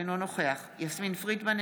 אינו נוכח יסמין פרידמן,